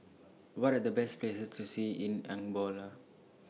What Are The Best Places to See in Angola